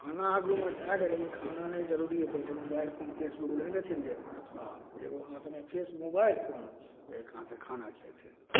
खाना आगूमे धै गेल हइ खाना नहि जरूरी हइ पहिले मोबाइल फोन फेसबुक देखि लेथिन जे अऽ जे एगो हाथमे फेस मोबाइल फोन एक हाथसँ खाना खेथिन